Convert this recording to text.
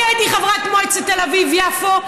אני הייתי חברת מועצת תל אביב-יפו.